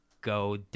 go